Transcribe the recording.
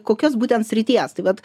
kokios būtent srities tai vat